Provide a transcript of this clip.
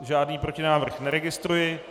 Žádný protinávrh neregistruji.